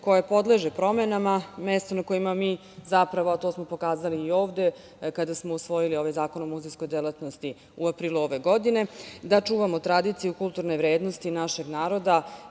koje podleže promenama, mesto na kojima mi zapravo, a to smo pokazali i ovde kada smo usvojili ovaj Zakon o muzejskoj delatnosti u aprilu ove godine, čuvamo tradiciju, kulturne vrednosti našeg naroda